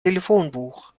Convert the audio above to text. telefonbuch